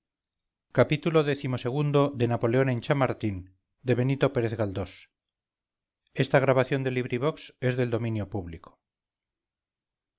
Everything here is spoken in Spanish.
xxvii xxviii xxix napoleón en chamartín de benito pérez